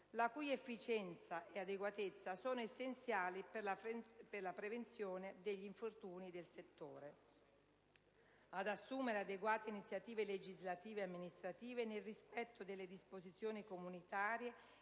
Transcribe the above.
la cui efficienza e adeguatezza sono essenziali per la prevenzione degli infortuni del settore; ad assumere adeguate iniziative legislative e amministrative, nel rispetto delle disposizioni comunitarie